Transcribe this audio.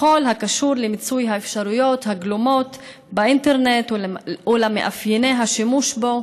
בכל הקשור למיצוי האפשרויות הגלומות באינטרנט ולמאפייני השימוש בו,